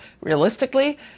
realistically